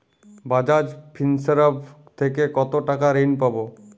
Bajaj Finserv থেকে কতো টাকা ঋণ আমি পাবো?